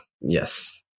yes